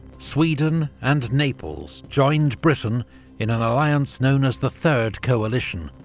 sweden, and naples joined britain in an alliance known as the third coalition.